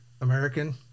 American